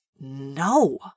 No